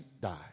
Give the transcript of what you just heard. die